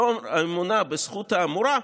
לאור האמונה בזכות האמורה,